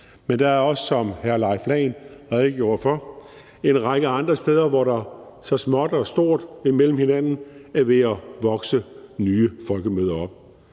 men der er også, som hr. Leif Lahn Jensen redegjorde for, en række andre steder, hvor der så småt – både små og store mellem hinanden – er ved at vokse nye folkemøder op.